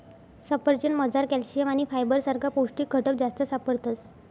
सफरचंदमझार कॅल्शियम आणि फायबर सारखा पौष्टिक घटक जास्त सापडतस